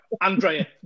Andrea